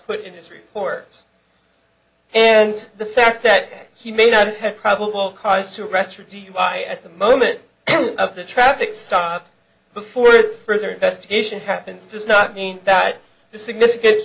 put in this report is and the fact that he may not have probable cause to arrest for dui at the moment of the traffic stop before further investigation happens does not mean that the significan